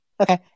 Okay